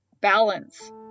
balance